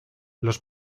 los